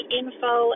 info